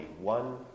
one